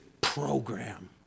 program